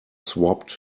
swapped